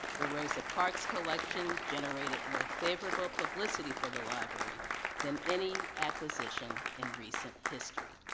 the rosa parks collection generated more favorable publicity for the library than any acquisition in recent history.